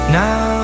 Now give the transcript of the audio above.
now